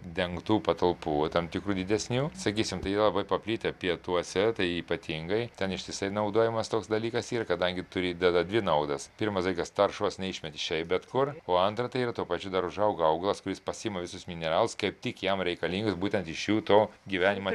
dengtų patalpų tam tikrų didesnių sakysim tai yra labai paplitę pietuose tai ypatingai ten ištisai naudojamas toks dalykas yra kadangi turi įdeda dvi naudas pirmas dalykas taršos neišmeti šiaip bet kur o antra tai yra tuo pačiu dar užauga augalas kuris pasiima visus mineralus kaip tik jam reikalingus būtent iš jų to gyvenimą